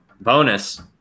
bonus